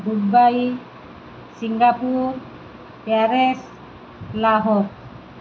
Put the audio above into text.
Dubai Singapore Paris Lahore